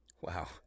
wow